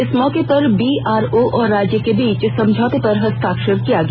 इस मौके पर बीआरओ और राज्य के बीच समझौते पर हस्ताक्षर किया गया